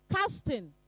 Casting